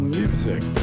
music